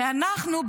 שאנחנו,